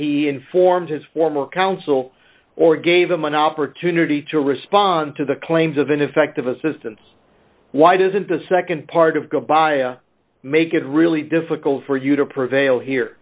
he informed his former counsel or gave him an opportunity to respond to the claims of ineffective assistance why doesn't the nd part of go by make it really difficult for you to prevail here